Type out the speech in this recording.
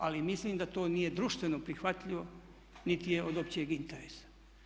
Ali mislim da to nije društveno prihvatljivo niti je od općeg interesa.